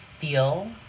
feel